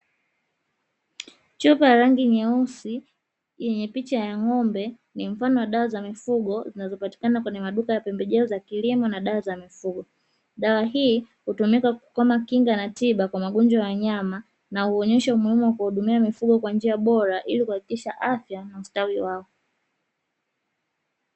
Chupa ya rangi nyeusi yenye picha ya ng'ombe ni mfano wa dawa za mifugo zinazopatikana kwenye maduka ya pembejeo za kilimo na dawa za mifugo, dawa hii hutumika kama kinga na tiba kwa magonjwa ya wanyama na huonyesha umuhimu wa kuwahudumia mifugo kwa njia bora ili kuhakikisha afya na ustawi wao.